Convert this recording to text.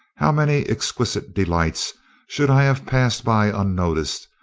how many exquisite delights should i have passed by unnoticed,